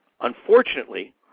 Unfortunately